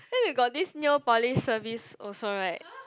then you got this nail polish service also right